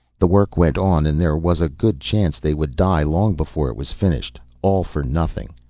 the work went on and there was a good chance they would die long before it was finished. all for nothing.